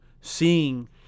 seeing